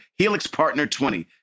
HelixPartner20